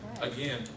Again